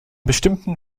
bestimmten